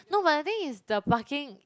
no but the thing is the parking